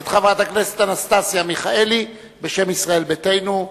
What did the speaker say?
את חברת הכנסת אנסטסיה מיכאלי בשם ישראל ביתנו.